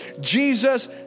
Jesus